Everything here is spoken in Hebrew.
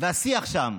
והשיח שם: